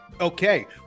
Okay